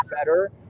better